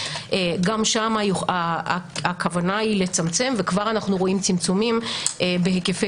גם שם הכוונה לצמצם וכבר אנו רואים צמצומים בהיקפי